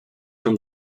from